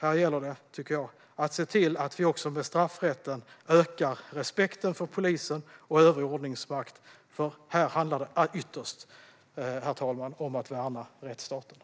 Här gäller det att se till att med hjälp av straffrätten öka respekten för poliser och övrig ordningsmakt. Här handlar det ytterst, herr talman, om att värna rättsstaten.